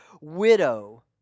widow